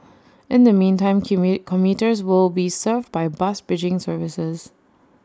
in the meantime commuters will be served by bus bridging services